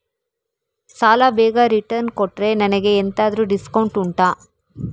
ಸಾಲ ಬೇಗ ರಿಟರ್ನ್ ಕೊಟ್ರೆ ನನಗೆ ಎಂತಾದ್ರೂ ಡಿಸ್ಕೌಂಟ್ ಉಂಟಾ